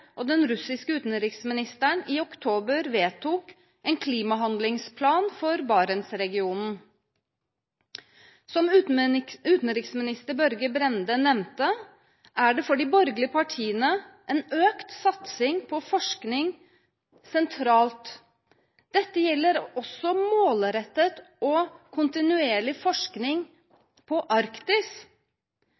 og den russiske, i oktober vedtok en klimahandlingsplan for Barentsregionen. Som utenriksminister Børge Brende nevnte, er det for de borgerlige partiene sentralt med en økt satsing på forskning. Dette gjelder også målrettet og kontinuerlig forskning på Arktis.